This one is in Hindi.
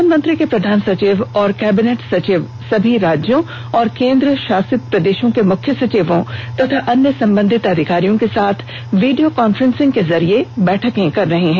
प्रधानमंत्री के प्रधान सचिव और कैबिनेट सचिव सभी राज्यों और केन्द्ररशासित प्रदेशों के मुख्य सचिवों तथा अन्य संबंधित अधिकारियों के साथ वीडियो कांफ्रेंस के जरिए बैठकें कर रहे हैं